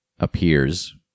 appears